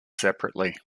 separately